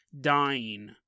dying